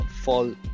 fall